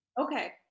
Okay